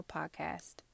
Podcast